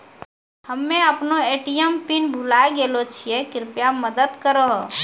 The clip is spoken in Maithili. हम्मे अपनो ए.टी.एम पिन भुलाय गेलो छियै, कृपया मदत करहो